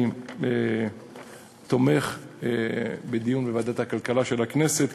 אני תומך בדיון בוועדת הכלכלה של הכנסת,